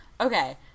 okay